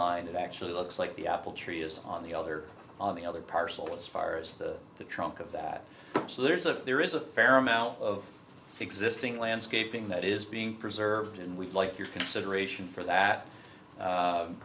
line it actually looks like the apple tree is on the other on the other parcel as far as the trunk of that so there's a there is a fair amount of existing landscaping that is being preserved and we'd like your consideration for that